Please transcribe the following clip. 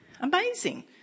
Amazing